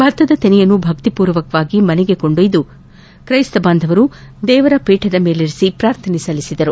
ಭತ್ತದ ತೆನೆಯನ್ನು ಭಕ್ತಿಪೂರ್ವಕವಾಗಿ ಮನೆಗೆ ಕೊಂಡೊಯ್ದ ಕ್ರೈಸ್ತ ಬಾಂಧವರು ದೇವರ ಪೀಠದ ಮೇಲಿರಿಸಿ ಪ್ರಾರ್ಥನೆ ಸಲ್ಲಿಸಿದರು